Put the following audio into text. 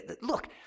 Look